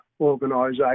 organisation